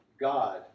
God